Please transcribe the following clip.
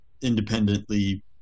independently